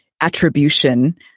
attribution